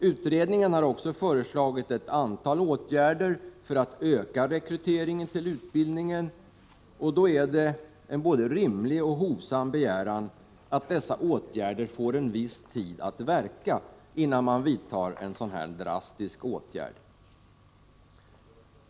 Utredningen har också föreslagit ett antal åtgärder för att öka rekryteringen till utbildningen, och då är det en både rimlig och hovsam begäran att dessa åtgärder får en viss tid att verka innan man vidtar andra drastiska åtgärder.